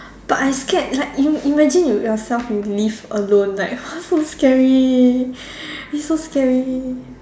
but I scared like you you imagine you yourself you live alone like !huh! so scary !ee! so scary